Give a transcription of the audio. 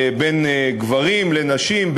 בין גברים לנשים,